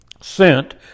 sent